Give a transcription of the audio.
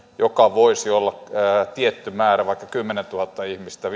joka voisi koskea tiettyä määrää vaikka kymmentätuhatta ihmistä